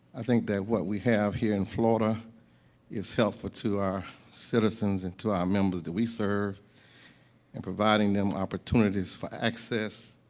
i think that what we have here in florida is helpful to our citizens and to our members that we serve in providing them opportunities for access,